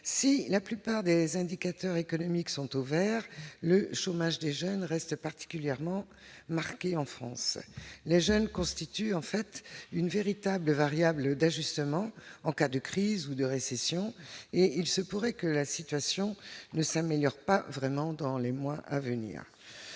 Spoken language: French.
si la plus part des indicateurs économiques sont au Vert, le chômage des jeunes reste particulièrement marquée en France, les jeunes constituent en fait une véritable variable d'ajustement en cas de crise ou de récession et il se pourrait que la situation ne s'améliore pas vraiment dans les mois à venir,